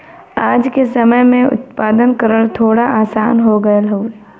आज के समय में उत्पादन करल थोड़ा आसान हो गयल हउवे